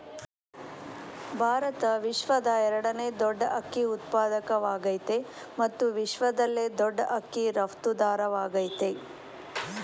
ಭಾರತ ವಿಶ್ವದ ಎರಡನೇ ದೊಡ್ ಅಕ್ಕಿ ಉತ್ಪಾದಕವಾಗಯ್ತೆ ಮತ್ತು ವಿಶ್ವದಲ್ಲೇ ದೊಡ್ ಅಕ್ಕಿ ರಫ್ತುದಾರವಾಗಯ್ತೆ